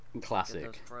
Classic